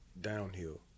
downhill